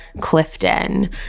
Clifton